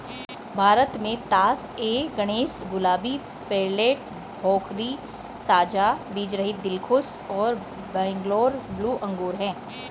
भारत में तास ए गणेश, गुलाबी, पेर्लेट, भोकरी, साझा बीजरहित, दिलखुश और बैंगलोर ब्लू अंगूर हैं